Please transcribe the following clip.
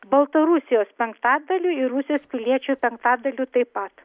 baltarusijos penktadaliu ir rusijos piliečių penktadaliu taip pat